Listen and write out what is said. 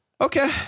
Okay